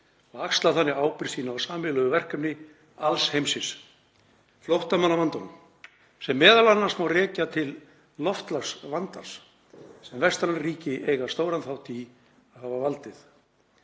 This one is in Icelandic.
og axla þannig ábyrgð sína á sameiginlegu verkefni alls heimsins, flóttamannavandanum, sem m.a. má rekja til loftslagsvandans sem vestræn ríki eiga stóran þátt í að hafa valdið.